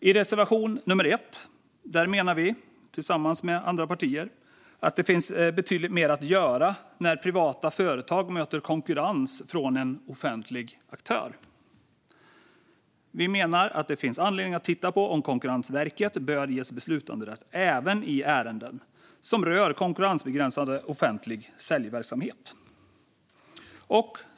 I reservation 1 menar vi, tillsammans med andra partier, att det finns betydligt mer att göra när privata företag möter konkurrens från en offentlig aktör. Vi menar att det finns anledning att titta på om Konkurrensverket bör ges beslutanderätt även i ärenden som rör konkurrensbegränsande offentlig säljverksamhet.